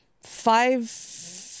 five